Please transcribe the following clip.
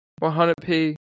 100p